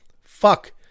Fuck